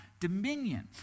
Dominion